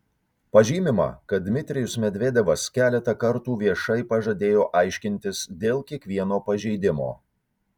pažymima kad dmitrijus medvedevas keletą kartų viešai pažadėjo aiškintis dėl kiekvieno pažeidimo